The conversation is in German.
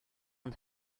und